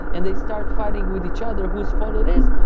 and they start fighting with each other whose fault it is,